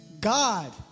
God